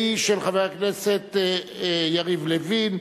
הוא של חבר הכנסת יריב לוין,